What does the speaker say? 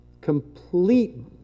Complete